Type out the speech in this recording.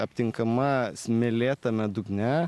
aptinkama smėlėtame dugne